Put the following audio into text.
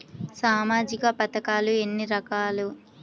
సామాజిక పథకాలు ఎన్ని రకాలు?